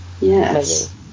Yes